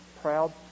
proud